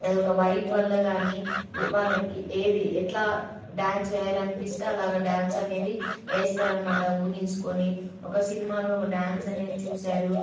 అదొక వైబ్ వల్ల కానీ వాళ్ళకి ఏది ఎట్లా డ్యాన్స్ వేయాలి అనిపిస్తే అలాగ డ్యాన్స్ అనేది వేస్తారు అన్నమాట ఊహించుకొని ఒక సినిమాలో ఒక డ్యాన్స్ అనేది చూశారు